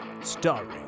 starring